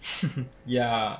ya